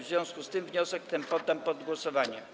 W związku z tym wniosek ten poddam pod głosowanie.